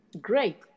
Great